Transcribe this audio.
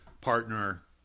partner